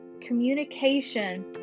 communication